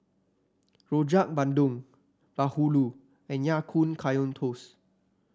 Rojak Bandung bahulu and Ya Kun Kaya Toast